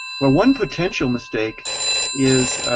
well one potential mistake is